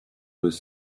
with